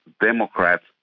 Democrats